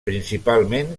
principalment